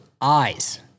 eyes